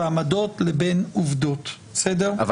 ועמדות לבין עובדות בסדר?